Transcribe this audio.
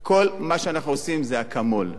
כל מה שאנחנו עושים זה אקמול,